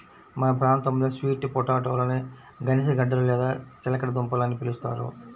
మన ప్రాంతంలో స్వీట్ పొటాటోలని గనిసగడ్డలు లేదా చిలకడ దుంపలు అని పిలుస్తారు